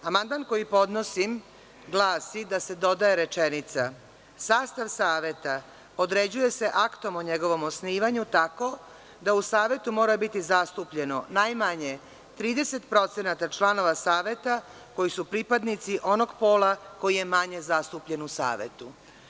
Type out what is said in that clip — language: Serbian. Amandman koji podnosim glasi da se doda rečenica – sastav saveta određuje se aktom o njegovom osnivanju tako da u savetu mora biti zastupljeno najmanje 30% članova saveta koji su pripadnici onog pola koji je manje zastupljen u savetu.